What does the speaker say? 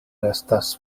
restas